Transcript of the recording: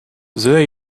there